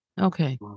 Okay